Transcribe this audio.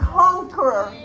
conqueror